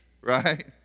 right